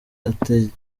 ategereza